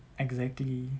exactly